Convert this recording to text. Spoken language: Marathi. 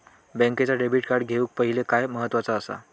बँकेचा डेबिट कार्ड घेउक पाहिले काय महत्वाचा असा?